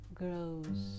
grows